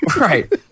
right